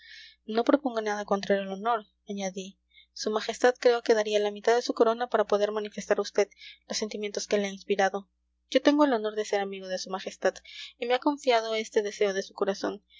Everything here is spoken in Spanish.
no propongo nada contrario al honor añadí su majestad creo que daría la mitad de su corona por poder manifestar a vd los sentimientos que le ha inspirado yo tengo el honor de ser amigo de su majestad y me ha confiado este deseo de su corazón